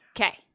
Okay